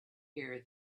here